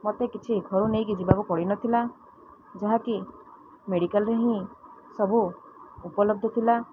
ମୋତେ କିଛି ଘରୁ ନେଇକି ଯିବାକୁ ପଡ଼ିନଥିଲା ଯାହାକି ମେଡ଼ିକାଲରେ ହିଁ ସବୁ ଉପଲବ୍ଧ ଥିଲା